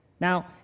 now